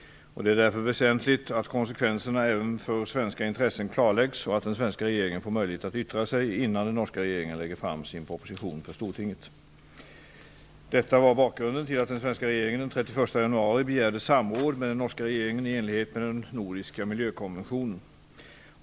Det är därför väsentligt att konsekvenserna även för svenska intressen klarläggs och att den svenska regeringen får möjlighet att yttra sig, innan den norska regeringen lägger fram sin proposition för Stortinget. Detta var bakgrunden till att den svenska regeringen den 31 januari begärde samråd med den norska regeringen i enlighet med den nordiska miljökonventionen.